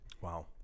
Wow